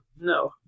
no